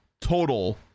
total